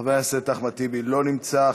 חבר הכנסת אחמד טיבי, לא נמצא.